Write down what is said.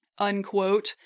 unquote